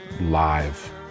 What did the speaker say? live